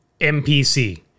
MPC